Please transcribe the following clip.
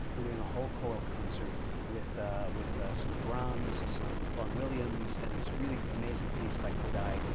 we're doing a whole choral concert with ah with some brahms, some vaughn williams, and this really amazing piece by kodaly.